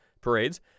parades